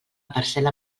parcel·la